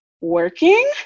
working